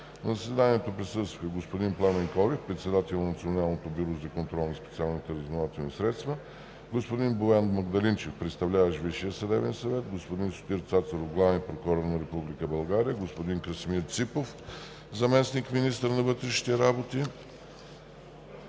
На заседанието присъстваха: господин Пламен Колев – председател на Националното бюро за контрол на специалните разузнавателни средства, господин Боян Магдалинчев – представляващ Висшия съдебен съвет; господин Сотир Цацаров – главен прокурор на Република България; господин Красимир Ципов – заместник-министър на вътрешните работи,